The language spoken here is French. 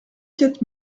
quatre